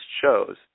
shows